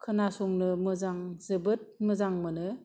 खोनासंनो मोजां जोबोद मोजां मोनो